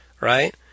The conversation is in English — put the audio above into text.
right